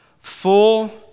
full